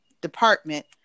department